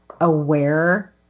aware